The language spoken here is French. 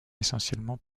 essentiellement